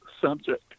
subject